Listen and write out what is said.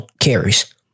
carries